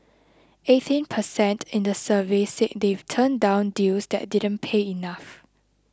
eighteen per cent in the survey said they've turned down deals that didn't pay enough